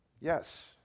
Yes